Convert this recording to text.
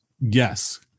Yes